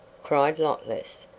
cried lotless,